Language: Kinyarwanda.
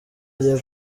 agiye